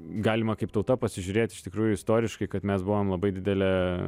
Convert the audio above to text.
galima kaip tauta pasižiūrėt iš tikrųjų istoriškai kad mes buvom labai didelė